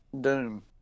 doom